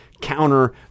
counter